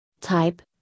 Type